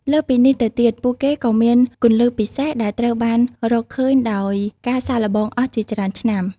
លើសពីនេះទៅទៀត ពួកគេក៏មាន គន្លឹះពិសេស ដែលត្រូវបានរកឃើញដោយការសាកល្បងអស់ជាច្រើនឆ្នាំ។